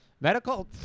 Medical